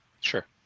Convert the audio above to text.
Sure